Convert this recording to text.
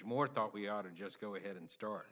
moore thought we ought to just go ahead and start